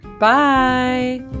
Bye